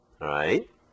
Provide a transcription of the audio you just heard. right